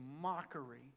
mockery